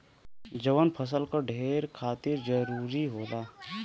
जवन फसल क बड़े खातिर जरूरी होला